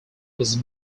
was